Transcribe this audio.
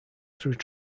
through